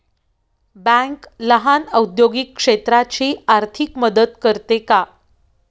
Bank लहान औद्योगिक क्षेत्राची आर्थिक मदत करते का?